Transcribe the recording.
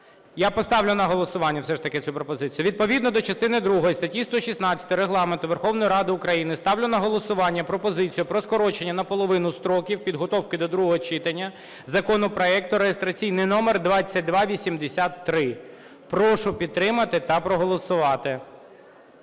Я поставлю на голосування все ж таки цю пропозицію. Відповідно до частини другої статті 116 Регламенту Верховної Ради України, ставлю на голосування пропозицію про скорочення наполовину строків підготовки до другого читання законопроекту реєстраційний номер 2283. Прошу підтримати та проголосувати.